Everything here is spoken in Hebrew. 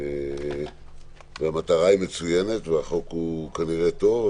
המטרה מצוינת והחוק כנראה טוב,